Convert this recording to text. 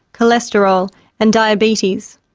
cholesterol and diabetes.